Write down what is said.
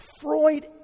Freud